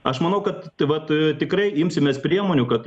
aš manau kad tai vat tikrai imsimės priemonių kad